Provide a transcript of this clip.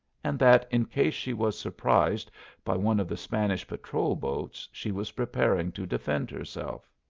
and that in case she was surprised by one of the spanish patrol boats she was preparing to defend herself.